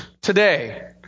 today